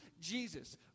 Jesus